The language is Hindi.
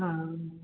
हाँ